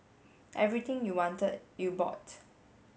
everything you wanted you bought